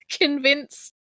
convinced